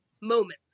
moments